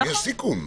יש סיכון.